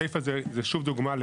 הסעיף הזה הוא דוגמה לכך,